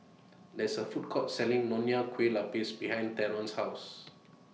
There IS A Food Court Selling Nonya Kueh Lapis behind Theron's House